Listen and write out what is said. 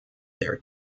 their